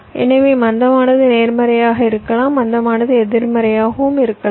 எனவே மந்தமானது நேர்மறையாக இருக்கலாம் மந்தமானது எதிர்மறையாக இருக்கலாம்